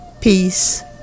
Peace